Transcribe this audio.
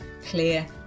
clear